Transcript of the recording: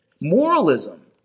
Moralism